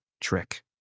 trick